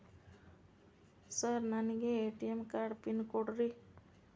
Sir ನನಗೆ ATM card pin ಕೊಡ್ರಿ?